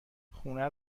خونه